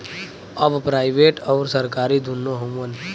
अब प्राइवेट अउर सरकारी दुन्नो हउवन